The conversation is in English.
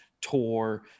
tour